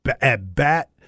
at-bat